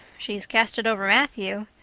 she's cast it over matthew.